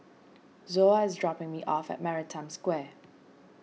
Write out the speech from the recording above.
Zoa is dropping me off at Maritime Square